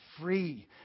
free